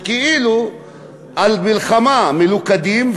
כאילו על מלחמה מלוכדים,